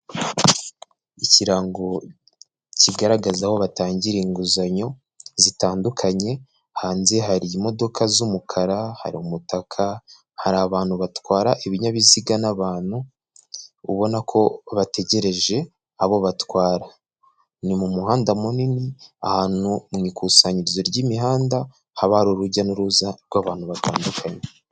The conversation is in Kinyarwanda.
Ikirango kigaragaza aho batangira inguzanyo zitandukanye, hanze hari imodoka z'umukara, hari umutaka, hari abantu batwara ibinyabiziga n'abantu ubona ko bategereje abo batwara. Ni mu muhanda munini ahantu mu ikusanyirizo ry'imihanda haba urujya n'uruza rw'abantu batandukanye.